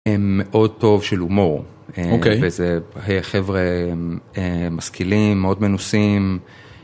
הם מאוד טוב של הומור, וזה חבר'ה משכילים, מאוד מנוסים.